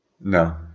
No